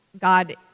God